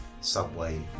Subway